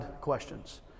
questions